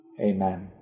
Amen